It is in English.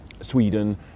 Sweden